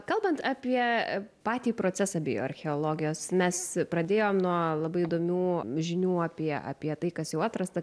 kalbant apie patį procesą bioarcheologijos mes pradėjom nuo labai įdomių žinių apie apie tai kas jau atrasta